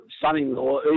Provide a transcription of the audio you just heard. son-in-law